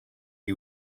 you